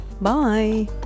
Bye